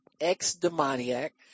ex-demoniac